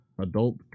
Adult